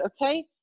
okay